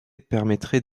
permettrait